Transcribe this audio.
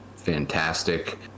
Fantastic